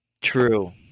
true